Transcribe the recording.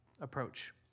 approach